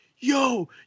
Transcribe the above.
Yo